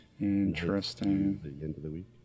Interesting